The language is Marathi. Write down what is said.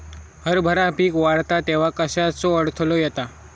हरभरा पीक वाढता तेव्हा कश्याचो अडथलो येता?